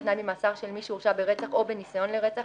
על תנאי ממאסר של מי שהורשע ברצח או בניסיון לרצח),